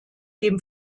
dem